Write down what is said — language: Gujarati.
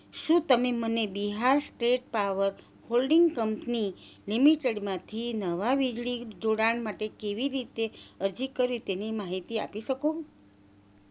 શું તમે મને Bihar state power holding company લિમિટેડમાંથી નવા વીજળી જોડાણ માટે કેવી રીતે અરજી કરવી તેની માહિતી આપી શકો